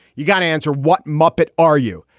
you got to answer what muppet are you?